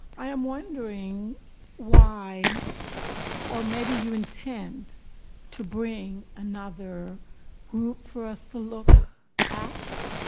i am wondering why or maybe you intend to bring another group for us to look at.